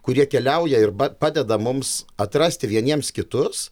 kurie keliauja ir ba padeda mums atrasti vieniems kitus